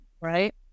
Right